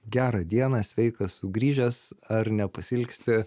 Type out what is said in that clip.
gerą dieną sveikas sugrįžęs ar nepasiilgsti